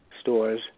stores